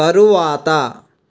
తరువాత